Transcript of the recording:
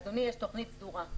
אדוני, יש תוכנית סדורה.